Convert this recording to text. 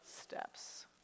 steps